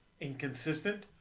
inconsistent